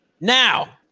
Now